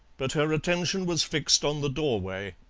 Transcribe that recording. but her attention was fixed on the doorway.